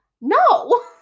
No